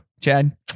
Chad